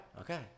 Okay